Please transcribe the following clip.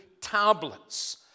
tablets